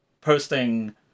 posting